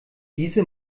diese